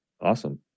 Awesome